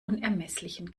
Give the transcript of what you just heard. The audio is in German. unermesslichen